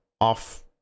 off